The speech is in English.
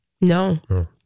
No